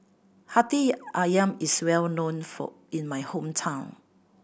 Hati Ayam is well known in my hometown